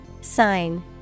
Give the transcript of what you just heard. Sign